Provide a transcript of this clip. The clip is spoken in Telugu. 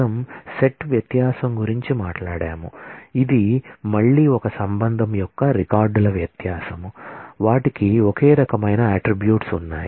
మనం సెట్ వ్యత్యాసం గురించి మాట్లాడాము ఇది మళ్ళీ ఒక రిలేషన్ యొక్క రికార్డుల వ్యత్యాసం వాటికి ఒకే రకమైన అట్ట్రిబ్యూట్స్ ఉన్నాయి